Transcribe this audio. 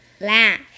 Laugh